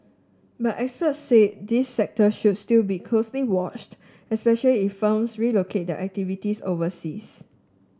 but experts said this sector should still be closely watched especially if firms relocate their activities overseas